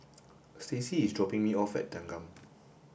Stacie is dropping me off at Thanggam